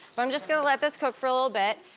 but i'm just gonna let this cook for a little bit.